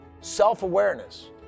Self-awareness